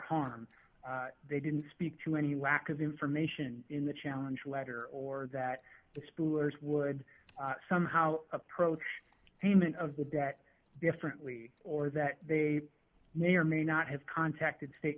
harm they didn't speak to any lack of information in the challenge letter or that the spill was would somehow approach payment of the debt differently or that they may or may not have contacted state